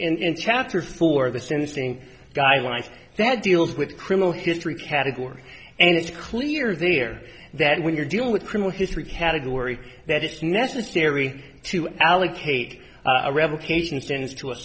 in in chapter four the syncing guidelines that deals with criminal history category and it's clear there that when you're dealing with criminal history category that it's necessary to allocate a revocation stands to a